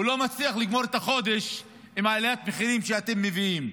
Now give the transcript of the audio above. הוא לא מצליח לגמור את החודש עם עליית המחירים שאתם מביאים.